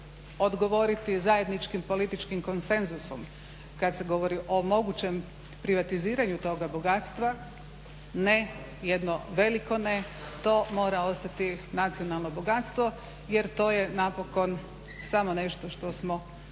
odgovoriti zajedničkim političkim konsenzusom kada se govori o mogućem privatiziranju toga bogatstva. Ne, jedno veliko ne, to mora ostati nacionalno bogatstvo jer to je napokon samo nešto što smo